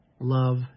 love